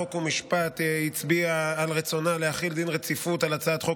חוק ומשפט הצביעה על רצונה להחיל דין רציפות על הצעת חוק